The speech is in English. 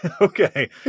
Okay